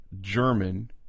German